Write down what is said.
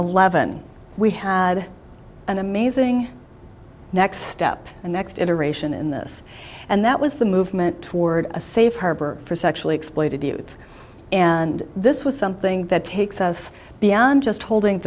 eleven we had an amazing next step and next iteration in this and that was the movement toward a safe harbor for sexually exploited youth and this was something that takes us beyond just holding